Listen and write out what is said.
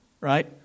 right